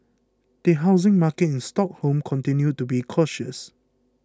the housing market in Stockholm continued to be cautious